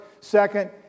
Second